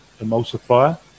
emulsifier